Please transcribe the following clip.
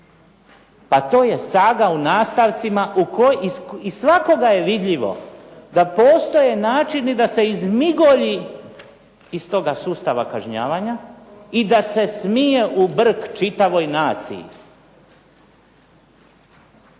Pa to je saga u nastavcima i …/Govornik se ne razumije./… vidljivo da postoje načini da se izmigolji iz toga sustava kažnjavanja i da se smije u brk čitavoj naciji.